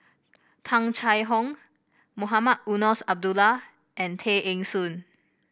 Tung Chye Hong Mohamed Eunos Abdullah and Tay Eng Soon